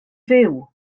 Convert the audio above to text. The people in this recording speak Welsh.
fyw